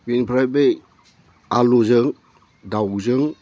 बेनिफ्राय बे आलुजों दाउजों